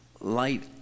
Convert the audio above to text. light